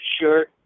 sure